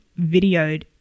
videoed